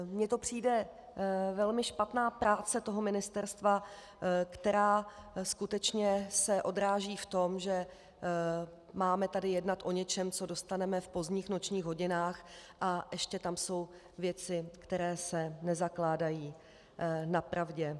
Mně to přijde jako velmi špatná práce ministerstva, která skutečně se odráží v tom, že máme tady jednat o něčem, co dostaneme v pozdních nočních hodinách, a ještě tam jsou věci, které se nezakládají na pravdě.